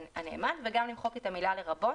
וגם למחוק את המילה "לרבות",